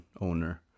owner